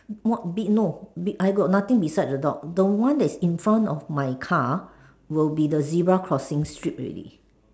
what big no bi~ I got nothing beside the dog the one that is in front of my car will be the zebra crossing strip already